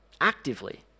Actively